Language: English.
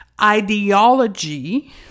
ideology